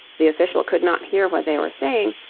the official could not hear what they were saying,